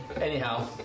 Anyhow